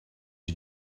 you